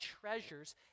treasures